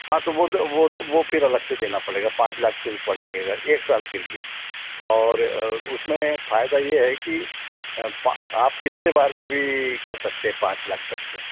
हाँ तो वो तो वो तो वो फ़िर अलग से देना पड़ेगा पाँच लाख से ऊपर लगेगा एक साल के लिए और उसमें फायदा ये है कि आप कितने बार में भी कर सकते पाँच लाख तक के